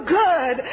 good